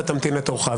אתה תמתין לתורך.